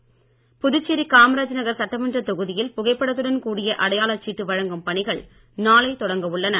காமராஜ் புதுச்சேரி நகர் சட்டமன்றத் தொகுதியில் புகைப்படத்துடன் கூடிய அடையாளச் சீட்டு வழங்கும் பணிகள் நாளை தொடங்க உள்ளன